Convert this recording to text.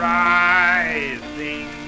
rising